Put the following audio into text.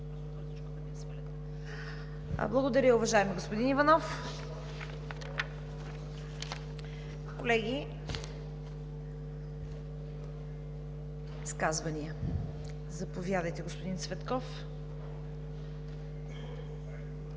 Благодаря, уважаеми господин Иванов. Колеги, изказвания? Заповядайте, господин Цветков.